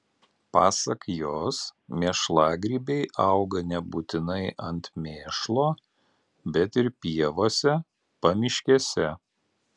pasak jos mėšlagrybiai auga nebūtinai ant mėšlo bet ir pievose pamiškėse